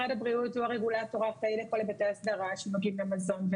משרד הבריאות הוא הרגולטור האחראי לכל היבטי ההסדרה שנוגעים למזון.